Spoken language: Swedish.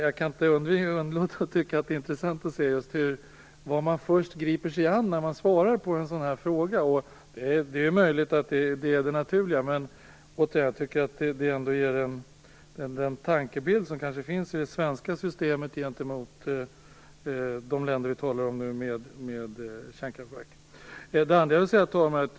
Jag kan inte låta bli att tycka att det är intressant att se vad man först griper sig an när man svarar på en sådan här fråga. Det är möjligt att miljöministern har gjort det som är det naturliga, men jag tycker att det ger en uppfattning om den tankebild som finns i det svenska systemet i förhållande till de länder som vi nu talar om.